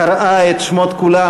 קראה את שמות כולם,